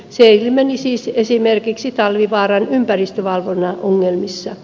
se ilmeni siis esimerkiksi talvivaaran ympäristövalvonnan ongelmissa